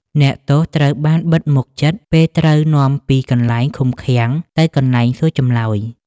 អ្នកទោសត្រូវបានបិទមុខជិត ពេលត្រូវនាំពីកន្លែងឃុំឃាំងទៅកន្លែងសួរចម្លើយ ។